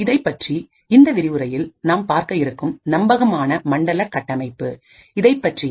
இதைப்பற்றிய இந்த விரிவுரையில் நாம் பார்க்க இருக்கும் நம்பகமான மண்டல கட்டமைப்பு இதைப்பற்றிய